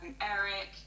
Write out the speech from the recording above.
Eric